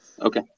Okay